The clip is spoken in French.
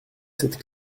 cette